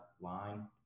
line